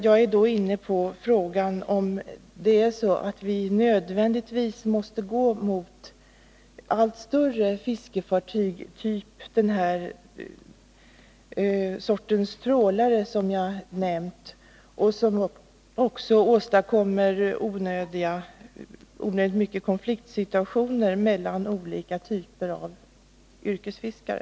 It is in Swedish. Jag är då inne på frågan om vi nödvändigtvis måste gå mot allt större fiskefartyg, typ det slag av trålare som jag har nämnt. Dessa bidrar till att onödiga konflikter uppstår mellan skilda kategorier yrkesfiskare.